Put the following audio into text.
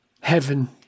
heaven